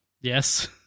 Yes